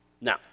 Now